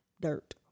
dirt